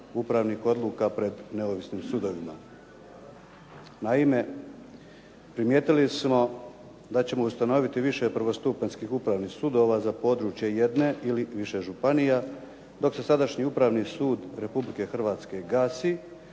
upravnih odluka pred neovisnim sudovima. Naime, primjetili smo da ćemo ustanoviti više prvostupanjskih upravnih sudova za područje jedne ili više županija, dok se sadašnji Upravni sud Republike Hrvatske gasi,